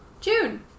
June